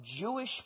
Jewish